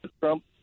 Trump